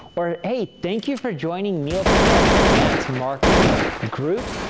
or, hey. thank you for joining neil patel's advanced marketing group.